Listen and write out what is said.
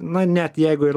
na net jeigu ir